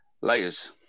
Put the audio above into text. Layers